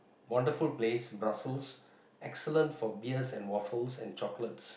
wonderful place Brussels excellent for beers and waffles and chocolate